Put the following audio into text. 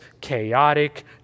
chaotic